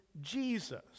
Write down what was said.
Jesus